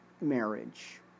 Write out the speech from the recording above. marriage